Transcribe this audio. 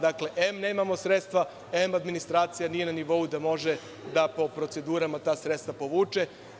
Dakle, em, nemamo sredstva, em, administracija nije na nivou da može da po procedurama ta sredstva povuče.